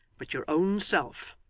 but your own self,